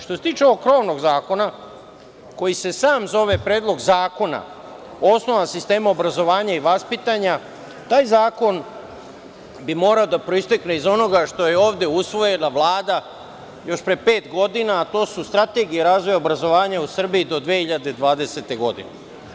Što se tiče ovog krovnog zakona koji se sam zove Predlog zakona o osnovama sistema obrazovanja i vaspitanja, taj zakon bi morao da proistekne iz onoga što je ovde usvojila Vlada još pre pet godina, a to su strategija razvoja obrazovanja u Srbiji do 2020. godine.